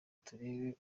turebe